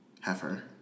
Heifer